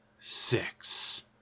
six